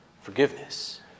Forgiveness